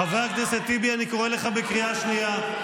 חבר הכנסת טיבי, אני קורא אותך בקריאה ראשונה.